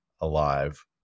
alive